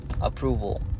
approval